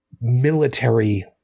military